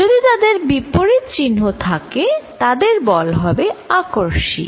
যদি তাদের বিপরীত চিহ্ন থাকে তাদের বল হবে আকর্ষী